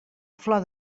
flor